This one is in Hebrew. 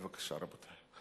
בבקשה, רבותי.